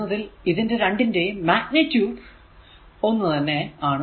എന്നതിൽ ഇതിന്റെ രണ്ടിന്റെയും മാഗ്നിറ്റുഡ്ഡ് ഒന്ന് തന്നെ ആണ്